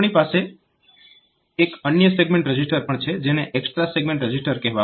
આપણી પાસે એક અન્ય સેગમેન્ટ રજીસ્ટર પણ છે જેને એક્સ્ટ્રા સેગમેન્ટ રજીસ્ટર કહેવામાં આવે છે